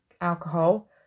alcohol